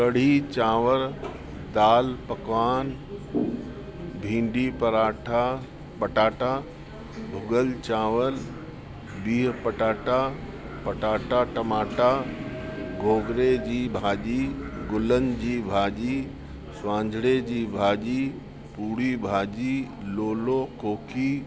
कढ़ी चांवरु दालि पकवान भींडी पराठा पटाटा भुॻल चांवरु बिहु पटाटा पटाटा टमाटा गोगिड़े जी भाॼी गुलनि जी भाॼी सुवांजिरे जी भाॼी पूरी भाॼी लोलो कोकी